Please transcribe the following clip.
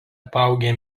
apaugę